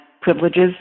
privileges